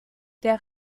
der